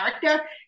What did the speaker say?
character